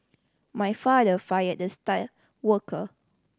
my father fired the star worker